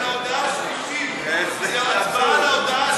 נאוה בוקר לסגנית יושב-ראש הכנסת נתקבלה.